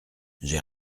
j’ai